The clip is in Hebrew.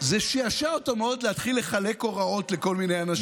זה שעשע אותו מאוד מאוד להתחיל לחלק הוראות לכל מיני אנשים.